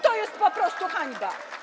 To jest po prostu hańba!